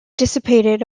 dissipated